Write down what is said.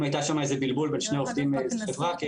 שם איזה בלבול בין שתי עובדים בחברה.